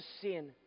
sin